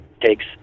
takes